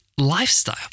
lifestyle